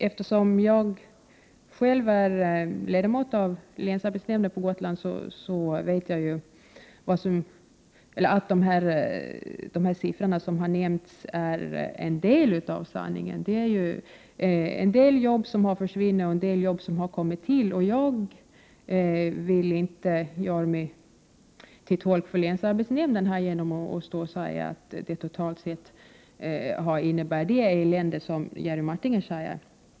Eftersom jag själv är ledamot av länsarbetsnämnden på Gotland, vet jag ju att de siffror som har nämnts bara är en del av sanningen. Somliga arbeten har försvunnit och somliga har tillkommit. Jag vill inte göra mig till tolk för länsarbetsnämnden och säga att det totalt sett innebär det elände som Jerry Martinger talade om.